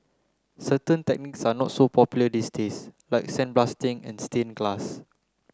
certain techniques are not so popular these days like sandblasting and stain glass